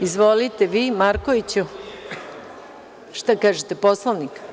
Izvolite Markoviću, šta kažete, Poslovnik?